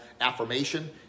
affirmation